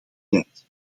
tijd